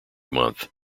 month